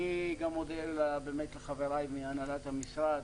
אני מודה לחבריי מהנהלת המשרד,